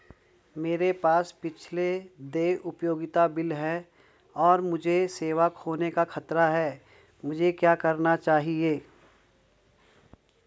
मेरे पास पिछले देय उपयोगिता बिल हैं और मुझे सेवा खोने का खतरा है मुझे क्या करना चाहिए?